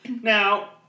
Now